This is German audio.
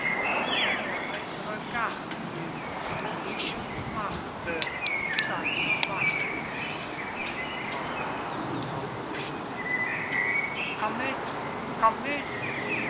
und der heitere garten wo ich und marthe deiner warten faust fortstrebend komm mit komm mit